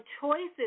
choices